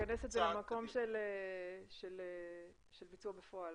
לכנס את זה למקום של ביצוע בפועל.